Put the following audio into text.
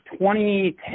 2010